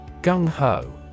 Gung-ho